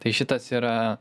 tai šitas yra